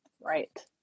Right